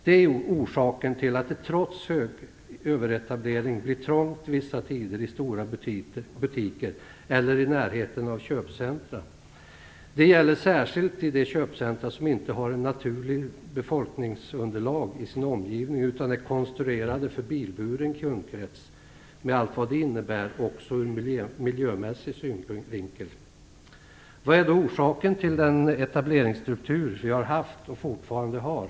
Det är orsaken till att det trots överetablering blir trångt vissa tider i stora butiker eller i närheten av köpcentrum. Det gäller särskilt de köpcentrum som inte har ett naturligt befolkningsunderlag i sin omgivning utan är konstruerade för en bilburen kundkrets med vad det innebär också ur en miljömässig synvinkel. Vad är då orsaken till den etableringsstruktur som vi har haft och fortfarande har?